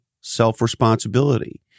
self-responsibility